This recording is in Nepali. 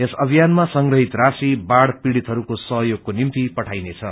यस अभियानमा संग्रहित राशि बाढ़ पीड़ितहरूको सहयोगको निम्ति पठाइनेछ